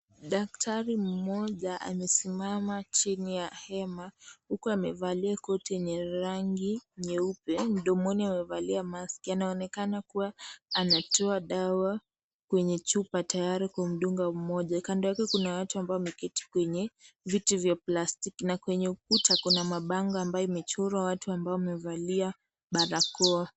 Daktari mmoja amesimama chini ya hema huku amevalia koti ya rangi nyeupe. Mdomoni amevalia maski . Anaonekana kuwa anatoa dawa kwenye chupa tayari kumdunga mmoja. Kando yake kuna watu ambao wameketi kwenye viti vya plastiki na kwenye ukuta kuna mabango ambayo imechorwa watu ambao wamevalia barakoa.